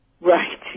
Right